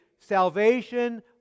Salvation